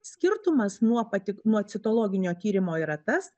skirtumas nuo patik nuo citologinio tyrimo yra tas